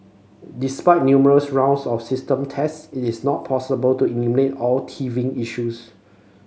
despite numerous rounds of system tests it is not possible to eliminate all teething issues